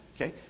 Okay